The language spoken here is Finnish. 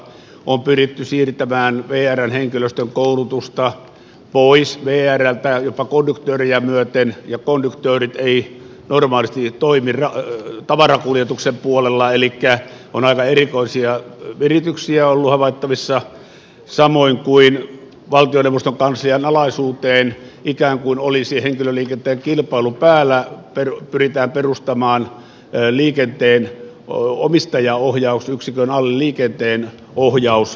on pyritty siirtämään vrn henkilöstön koulutusta pois vrltä jopa konduktöörejä myöten ja konduktöörit eivät normaalisti toimi tavarakuljetuksen puolella elikkä on aivan erikoisia virityksiä ollut havaittavissa samoin kuin valtioneuvoston kanslian alaisuuteen ikään kuin olisi henkilöliikenteen kilpailu päällä pyritään perustamaan liikenteen omistajaohjausyksikön alle liikenteenohjausyhtiö